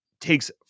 takes